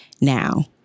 now